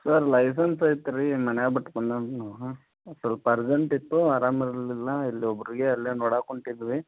sir licence ಐತ್ರಿ ಮನ್ಯಾಗ ಬಿಟ್ಟು ಬಂದಾನು ಹಾಂ ಸ್ವಲ್ಪ ಅರ್ಜೆಂಟ್ ಇತ್ತು ಅರಾಮ ಇರಲಿಲ್ಲ ಇಲ್ಲಿ ಒಬ್ಬರಿಗೆ ಅಲ್ಲೇ ನೋಡಾಕೆ ಹೊಂಟಿದ್ವಿ